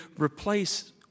replace